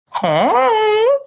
Hey